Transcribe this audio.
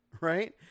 right